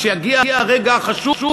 כשיגיע הרגע החשוב,